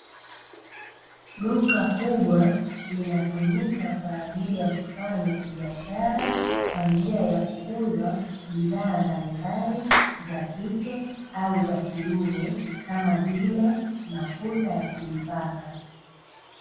Duka kubwa linatumika kwa ajili ya kufanya biashara kwa njia ya kuuza bidhaa mbalimbali, za kike au za kiume kama vile mafuta ya kujipaka.